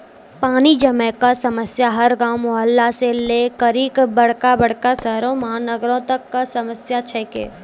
पानी जमै कॅ समस्या हर गांव, मुहल्ला सॅ लै करिकॅ बड़का बड़का शहरो महानगरों तक कॅ समस्या छै के